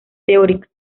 teórica